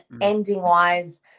ending-wise